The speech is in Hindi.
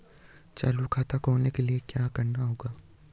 चालू खाता खोलने के लिए क्या करना होगा?